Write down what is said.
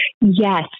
Yes